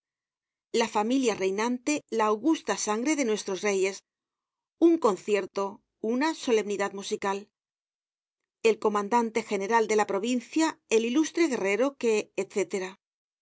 la familia reinante la augusta sangre de nuestros reyes un concierto una solemnidad musical el comandante general de la provincia el ilustre guerrero que